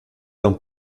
d’un